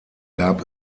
gab